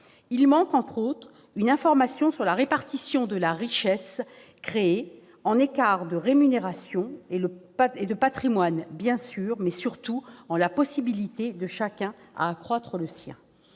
il manque, entre autres, une information sur la répartition de la richesse créée, en écart de rémunération et de patrimoine bien sûr, mais surtout en termes de possibilité pour chacun d'accroître sa